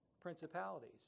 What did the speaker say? principalities